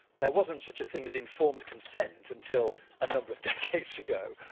there wasn't such a thing as informed consent until a number of decades ago.